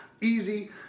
easy